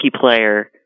player